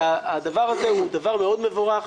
הדבר הזה הוא דבר מאוד מבורך.